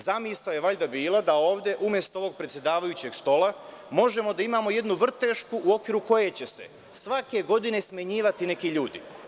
Zamisao je valjda bila da ovde, umesto ovog predsedavajućeg stola, možemo da imamo jednu vrtešku u okviru koje će se svake godine smenjivati neki ljudi.